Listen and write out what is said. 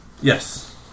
Yes